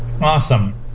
Awesome